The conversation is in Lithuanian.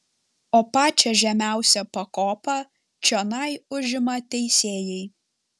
o pačią žemiausią pakopą čionai užima teisėjai